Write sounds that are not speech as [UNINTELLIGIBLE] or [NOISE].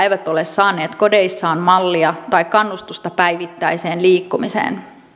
[UNINTELLIGIBLE] eivät ole saaneet kodeissaan mallia tai kannustusta päivittäiseen liikkumiseen